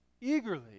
Eagerly